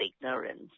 ignorance